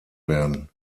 werden